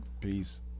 Peace